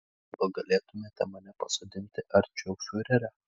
gal galėtumėte mane pasodinti arčiau fiurerio